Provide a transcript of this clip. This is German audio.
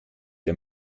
der